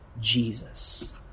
Jesus